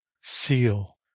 seal